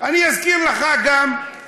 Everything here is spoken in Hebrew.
אני אזכיר לך גם,